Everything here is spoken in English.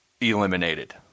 eliminated